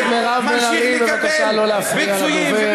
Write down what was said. חברת הכנסת מירב בן ארי, בבקשה לא להפריע לדובר.